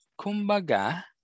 kumbaga